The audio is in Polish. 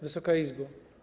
Wysoka Izbo!